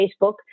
Facebook